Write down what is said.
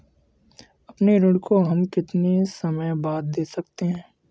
अपने ऋण को हम कितने समय बाद दे सकते हैं?